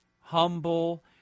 humble